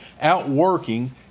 outworking